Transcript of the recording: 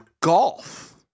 golf